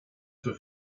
für